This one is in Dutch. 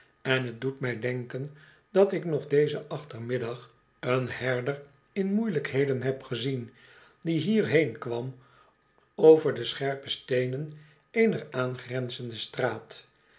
kn t doet mij denken dat ik nog dezen achtermiddag een herder in moeielijkhcden heb gezien die hierheen kwam over de scherpe steenen eener aangrenzende straat